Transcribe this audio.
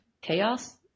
chaos